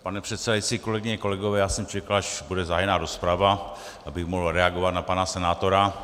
Pane předsedající, kolegyně, kolegové, já jsem čekal, až bude zahájena rozprava, abych mohl reagovat na pana senátora.